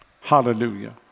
Hallelujah